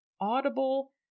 Audible